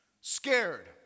scared